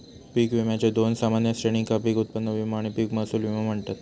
पीक विम्याच्यो दोन सामान्य श्रेणींका पीक उत्पन्न विमो आणि पीक महसूल विमो म्हणतत